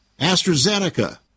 AstraZeneca